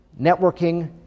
Networking